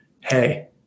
Hey